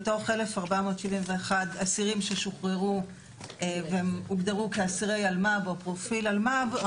מתוך 1,471 אסירים ששוחררו והוגדרו כאסירי אלמ"ב או פרופיל אלמ"ב,